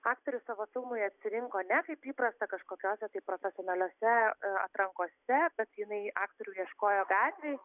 aktorius savo filmui atsirinko ne kaip įprasta kažkokiose tai profesionaliose atrankose bet jinai aktorių ieškojo gatvėj